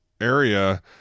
area